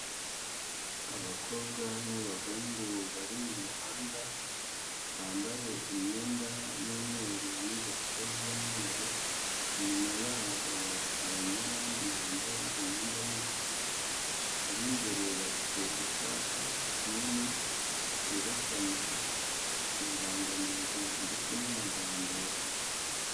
Abakobwa n'abahungu bari muvmuhanda, bambaye imyenda y'umweru n'ingofero z'umweru, inyuma yaho hari n'abandi bambaye imyenda y'ubururu, ab'imbere bafite icyapa kinini, cyerekana ibirangantego ndetse n'amagambo.